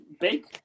big